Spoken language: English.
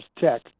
tech